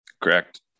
Correct